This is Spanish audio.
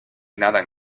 nadan